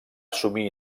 assumir